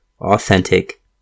authentic